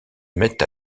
mettent